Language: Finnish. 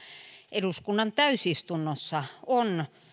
eduskunnan täysistunnossa on